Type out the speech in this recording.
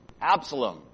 Absalom